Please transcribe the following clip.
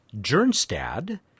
Jernstad